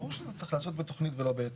ברור שזה צריך להיעשות בתכנית ולא בהיתר.